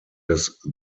des